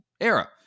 era